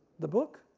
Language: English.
the book?